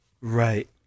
Right